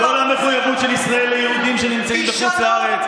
ההשוואות המופרכות האלו,